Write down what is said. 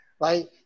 right